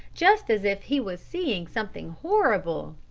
just as if he was seeing something horrible!